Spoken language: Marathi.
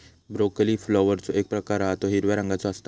ब्रोकली फ्लॉवरचो एक प्रकार हा तो हिरव्या रंगाचो असता